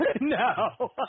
no